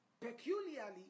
peculiarly